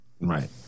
Right